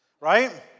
right